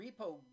repo